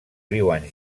viuen